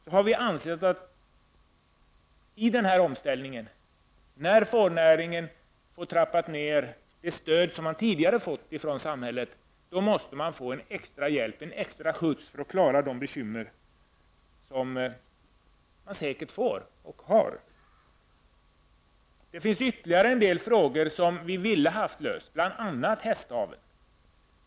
Det stöd som tidigare har utgått till fårnäringen från samhället har trappats ner, och därför måste näringen nu få en extra hjälp för att klara sina bekymmer. Ytterligare en del frågor skulle vi ha velat lösa. Det gäller bl.a. hästaveln.